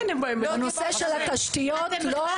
בנושא של התשתיות לא.